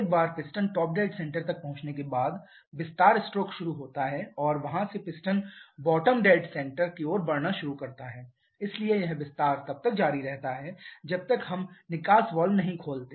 एक बार piston top dead centre तक पहुंचने के बाद विस्तार स्ट्रोक शुरू होता है और वहां से पिस्टन बॉटम डेड सेण्टर की ओर बढ़ना शुरू करता है इसलिए यह विस्तार तब तक जारी रहता है जब तक हम निकास वाल्व नहीं खोलते